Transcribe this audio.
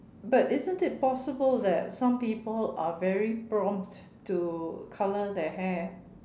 but isn't it possible that some people are very prompt to colour their hair